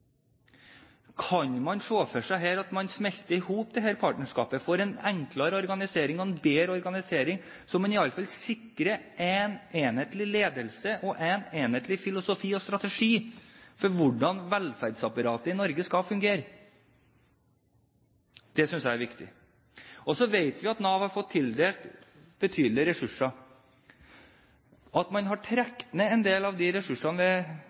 Kan man se for seg her at man smelter sammen dette partnerskapet, får en enklere og bedre organisering, slik at man sikrer en enhetlig ledelse og en enhetlig filosofi og strategi for hvordan velferdsapparatet i Norge skal fungere? Det synes jeg er viktig. Så vet vi at Nav har fått tildelt betydelige ressurser. At man har trukket ned en del av disse ressursene ved